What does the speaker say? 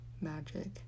magic